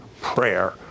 prayer